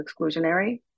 exclusionary